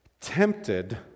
tempted